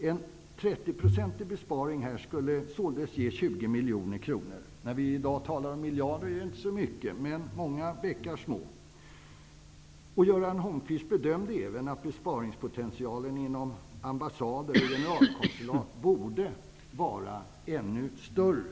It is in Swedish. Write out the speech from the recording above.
En 30-procentig besparing här skulle således ge 20 miljoner kronor. Det är inte så mycket, när vi i dag talar om miljarder, men många bäckar små --. Göran Holmquist bedömde även att besparingspotentialen inom ambassader och generalkonsulat borde vara ännu större.